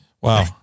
Wow